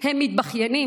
הם מתבכיינים,